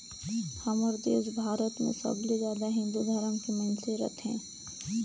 हमर देस भारत मे सबले जादा हिन्दू धरम के मइनसे रथें